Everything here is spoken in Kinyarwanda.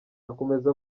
akomeza